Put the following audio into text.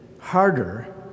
harder